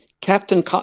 Captain